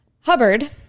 Hubbard